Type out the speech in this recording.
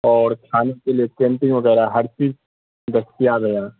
اور کھانے کے لیے کینٹین وغیرہ ہر چیز دستیاب ہے یہاں